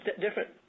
Different